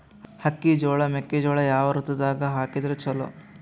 ಅಕ್ಕಿ, ಜೊಳ, ಮೆಕ್ಕಿಜೋಳ ಯಾವ ಋತುದಾಗ ಹಾಕಿದರ ಚಲೋ?